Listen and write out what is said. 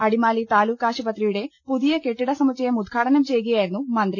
അടിമാലി താലൂക്ക് ആശുപത്രി യുടെ പുതിയ കെട്ടിട സമുച്ചയം ഉദ്ഘാടനം ചെയ്യുകയായിരുന്നു മന്ത്രി